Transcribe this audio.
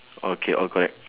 okay all correct